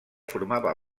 formava